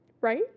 Right